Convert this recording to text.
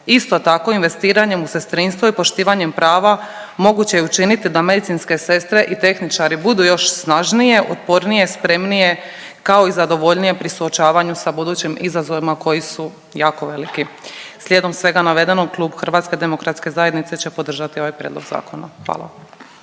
Isto tako investiranjem u sestrinstvo i poštivanjem prava moguće je učiniti da medicinske sestre i tehničari budu još snažnije, otpornije, spremnije, kao i zadovoljnije pri suočavanju sa budućim izazovima koji su jako veliki. Slijedom svega navedenog Klub HDZ-a će podržati ovaj prijedlog zakona, hvala.